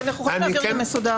אנחנו יכולים להעביר את זה מסודר.